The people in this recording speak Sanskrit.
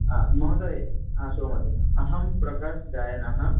हा महोदय हा शुभमध्याह्नं अहं प्रकाश् गायनः